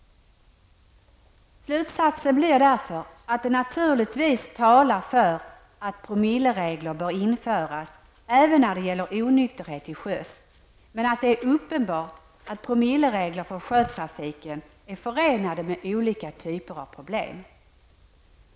Slutsatsen blir därför att det naturligtvis talar för att promilleregler bör införas även när det gäller onykterhet till sjöss, men att det är uppenbart att promilleregler för sjötrafiken är förenade med olika typer av problem.